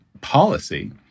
policy